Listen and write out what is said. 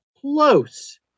close